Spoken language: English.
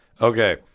Okay